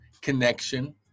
connection